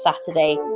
Saturday